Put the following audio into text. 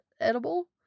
edible